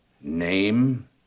Name